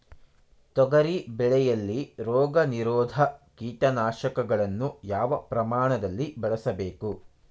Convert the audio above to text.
ತೊಗರಿ ಬೆಳೆಯಲ್ಲಿ ರೋಗನಿರೋಧ ಕೀಟನಾಶಕಗಳನ್ನು ಯಾವ ಪ್ರಮಾಣದಲ್ಲಿ ಬಳಸಬೇಕು?